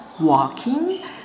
walking